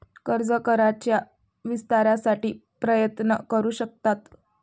कर्ज कराराच्या विस्तारासाठी प्रयत्न करू शकतात